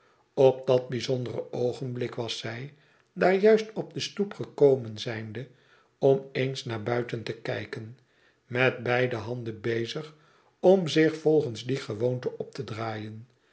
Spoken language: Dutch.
op dat bijzondere oogenblik was zij daar juist op de stoep gekomen zijnde om eens naar buiten te kijken met beide handen bezig om zich volgens die gewoonte op te draaien